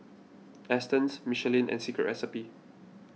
Astons Michelin and Secret Recipe